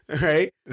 right